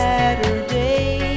Saturday